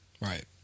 right